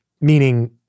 Meaning